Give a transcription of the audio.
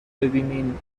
ببینینبازم